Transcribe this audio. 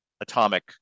atomic